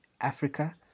Africa